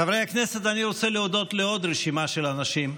חברי הכנסת, אני רוצה להודות לעוד רשימה של אנשים,